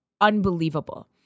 Unbelievable